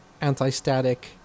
anti-static